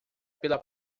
pela